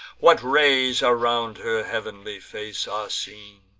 what rays around her heav'nly face are seen!